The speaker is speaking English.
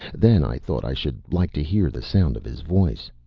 then i thought i should like to hear the sound of his voice.